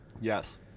Yes